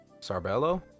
Sarbello